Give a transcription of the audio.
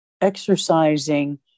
exercising